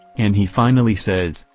and he finally says,